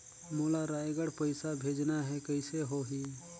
मोला रायगढ़ पइसा भेजना हैं, कइसे होही?